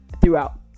throughout